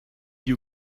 you